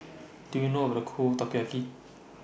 Do YOU know How to Cook Takoyaki